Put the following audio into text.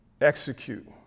execute